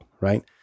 right